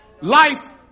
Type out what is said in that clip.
life